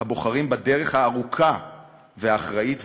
הבוחרים בדרך הארוכה והאחראית,